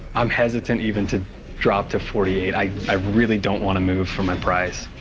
i'm hesitant even to drop to forty eight. i i really don't want to move from my price.